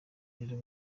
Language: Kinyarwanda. rero